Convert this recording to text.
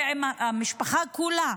ולמשפחה כולה.